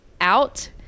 out